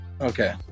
Okay